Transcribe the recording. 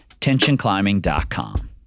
Tensionclimbing.com